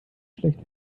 schlecht